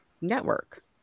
network